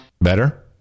Better